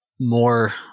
more